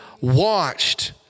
watched